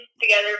together